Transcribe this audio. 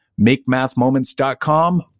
makemathmoments.com